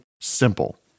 Simple